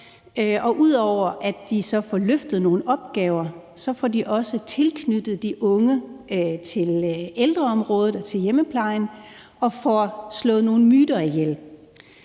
Og udover at man så får løftet nogle opgaver, får man også tilknyttet de unge til ældreområdet til hjemmeplejen og får slået nogle myter ihjel.